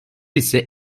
ise